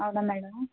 అవునా మేడం